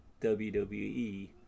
WWE